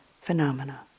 phenomena